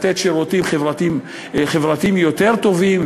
לתת שירותים חברתיים יותר טובים.